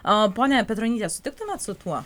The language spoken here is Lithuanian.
ponia petronyte sutiktumėte su tuo